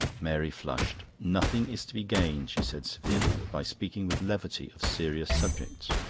mary flushed. nothing is to be gained, she said severely, by speaking with levity of serious subjects.